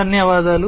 ధన్యవాదాలు